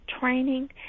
training